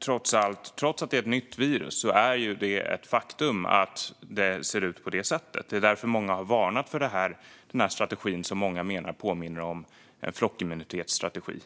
Trots att det är ett nytt virus är det ett faktum att det ser ut på det sättet, och det är därför många har varnat för den här strategin som många menar påminner om en flockimmunitetsstrategi